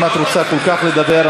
אם את רוצה כל כך לדבר,